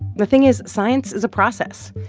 the thing is, science is a process.